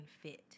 fit